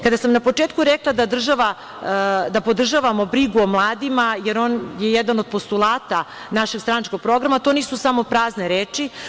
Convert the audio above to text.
Kada sam na početku rekla da podržavamo brigu o mladima, jer to je jedan od postulata našeg stranačkog programa, to nisu samo prazne reči.